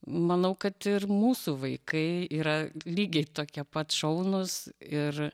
manau kad ir mūsų vaikai yra lygiai tokie pat šaunūs ir